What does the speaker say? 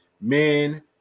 Men